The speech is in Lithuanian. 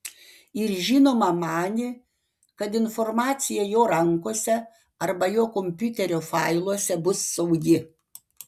ir žinoma manė kad informacija jo rankose arba jo kompiuterio failuose bus saugi